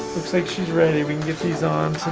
like she's ready. we can get these on